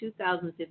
2015